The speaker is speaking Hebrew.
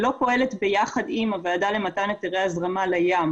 שלא פועלת ביחד עם הוועדה למתן היתרי הזרמה לים,